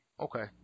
okay